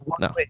no